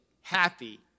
happy